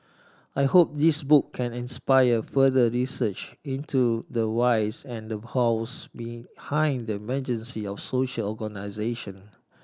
I hope this book can inspire further research into the whys and the hows behind the emergence of social organisation